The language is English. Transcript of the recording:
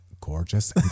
gorgeous